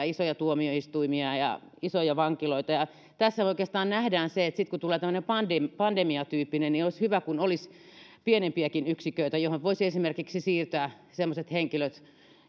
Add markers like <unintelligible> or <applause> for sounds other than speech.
<unintelligible> isoja tuomioistuimia ja isoja vankiloita tässä oikeastaan nähdään se että sitten kun tulee tämmöinen pandemiatyyppinen olisi hyvä kun olisi pienempiäkin yksiköitä joihin voisi esimerkiksi siirtää semmoiset henkilöt